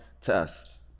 test